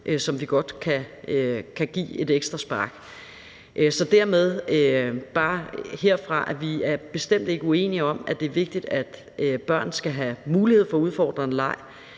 som vi godt kan give et ekstra spark. Så dermed vil jeg herfra bare sige, at vi bestemt ikke er uenige om, at det er vigtigt, at børn skal have mulighed for udfordrende leg.